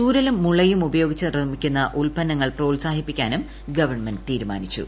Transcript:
ചൂരലും മുളയും ഉപയോഗിച്ച് നിർമ്മിക്കുന്ന ഉത്പന്നങ്ങൾ പ്രോത്സാഹിപ്പിക്കാനും ഗവൺമെന്റ് തീരുമാനിച്ചു